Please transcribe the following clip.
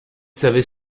savez